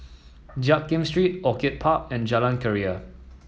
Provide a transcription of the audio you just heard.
Jiak Kim Street Orchid Park and Jalan Keria